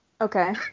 okay